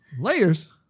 Layers